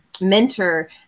mentor